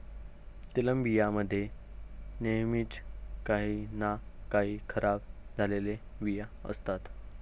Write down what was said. तेलबियां मध्ये नेहमीच काही ना काही खराब झालेले बिया असतात